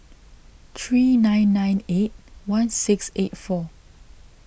three nine nine eight one six eight four